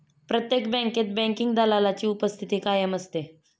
प्रत्येक बँकेत बँकिंग दलालाची उपस्थिती कायम असते